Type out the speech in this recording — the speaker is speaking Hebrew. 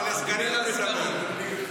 על הסקרים הוא מדבר.